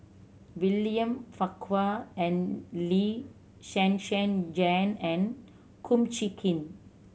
William Farquhar and Lee Zhen Zhen Jane and Kum Chee Kin